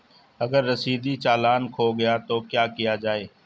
अगर रसीदी चालान खो गया तो क्या किया जाए?